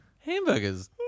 hamburgers